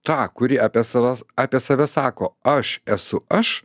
ta kuri apie salas apie save sako aš esu aš